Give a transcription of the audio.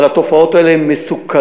אבל התופעות האלה הן מסוכנות,